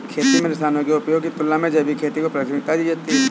खेती में रसायनों के उपयोग की तुलना में जैविक खेती को प्राथमिकता दी जाती है